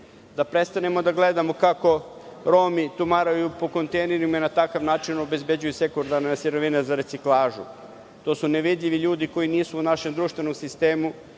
da prestanemo da gledamo kako Romi tumaraju po kontejnerima i na takav način obezbeđuju sekundarne sirovine za reciklažu. To su nevidljivi ljudi koji nisu u našem društvenom sistemu